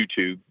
YouTube